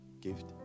Gift